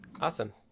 Awesome